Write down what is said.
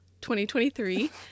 2023